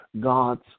God's